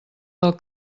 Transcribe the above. del